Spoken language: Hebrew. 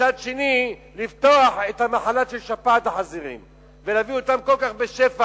ומצד שני לפתח את המחלה של שפעת החזירים ולהביא אותם כל כך בשפע,